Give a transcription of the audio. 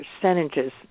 percentages